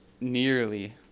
nearly